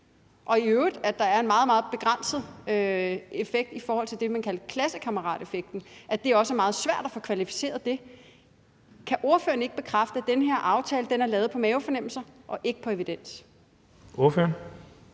der i øvrigt er en meget, meget begrænset effekt i forhold til det, man kalder klassekammerateffekten, og at det også er meget svært at få kvalificeret det? Kan ordføreren ikke bekræfte, at den her aftale er lavet på mavefornemmelser og ikke på evidens?